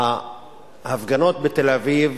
ההפגנות בתל-אביב